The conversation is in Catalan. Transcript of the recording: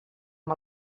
amb